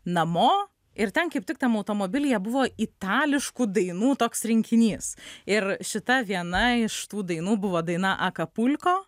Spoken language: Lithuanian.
namo ir ten kaip tik tam automobilyje buvo itališkų dainų toks rinkinys ir šita viena iš tų dainų buvo daina akapulko